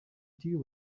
deal